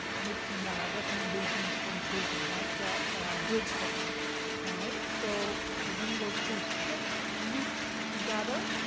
make some recommendations for improvement. that's that's ah group coaching, all right? so, we're gonna go through six weeks together.